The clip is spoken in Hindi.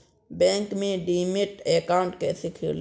बैंक में डीमैट अकाउंट कैसे खोलें?